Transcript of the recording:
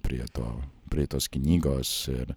prie to prie tos knygos ir